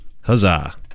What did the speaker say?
Huzzah